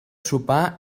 sopar